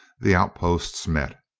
the outposts met,